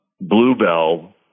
Bluebell